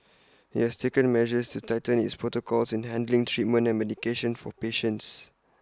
IT has taken measures to tighten its protocols in handling treatment and medication for patients